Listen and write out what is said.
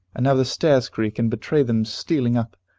and now the stairs creak, and betray them stealing up,